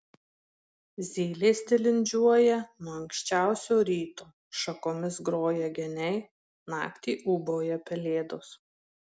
zylės tilindžiuoja nuo anksčiausio ryto šakomis groja geniai naktį ūbauja pelėdos